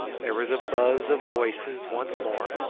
there was a buzz of voices once more,